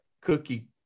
cookie